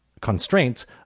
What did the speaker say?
constraints